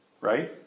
right